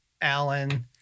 Alan